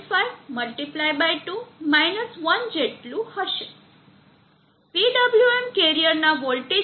75 x 2 1 જેટલું હશે PWM કેરીઅરના વોલ્ટેજ ઇનપુટનું મૂલ્ય 0